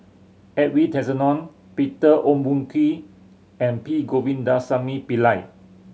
Edwin Tessensohn Peter Ong Boon Kwee and P Govindasamy Pillai